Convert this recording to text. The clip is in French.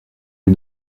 les